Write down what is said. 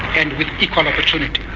and with equal opportunities.